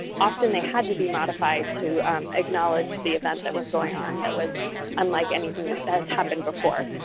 often they had to be modified to acknowledge the event that was going on that was unlike anything that that has happened before.